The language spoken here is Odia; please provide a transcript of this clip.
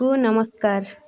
କୁ ନମସ୍କାର